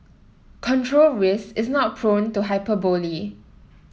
control risk is not prone to hyperbole